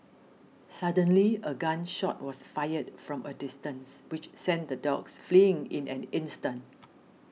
suddenly a gun shot was fired from a distance which sent the dogs fleeing in an instant